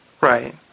Right